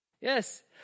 Yes